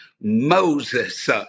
Moses